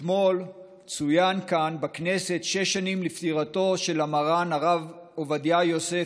אתמול צוינו כאן בכנסת שש שנים לפטירתו של מרן הרב עובדיה יוסף,